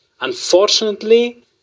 Unfortunately